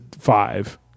five